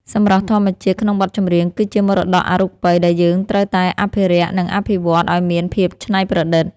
សម្រស់ធម្មជាតិក្នុងបទចម្រៀង គឺជាមរតកអរូបីដែលយើងត្រូវតែអភិរក្ស និងអភិវឌ្ឍឱ្យមានភាពច្នៃប្រឌិត។